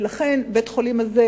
ולכן בית-החולים הזה,